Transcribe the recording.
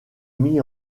mis